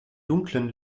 dunklen